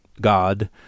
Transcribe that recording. God